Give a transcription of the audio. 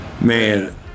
Man